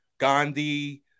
Gandhi